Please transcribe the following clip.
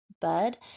bud